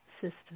system